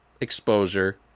exposure